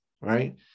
Right